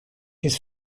his